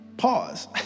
Pause